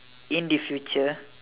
in the future